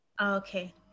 okay